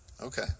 okay